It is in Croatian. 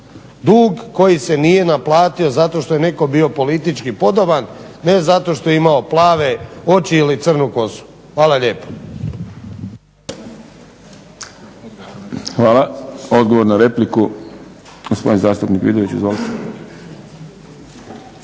dug koji se nije naplatio zato što je netko bio politički podoban. Ne zato što je imao plave oči ili crnu kosu. Hvala lijepo.